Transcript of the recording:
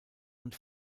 und